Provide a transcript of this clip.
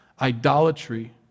idolatry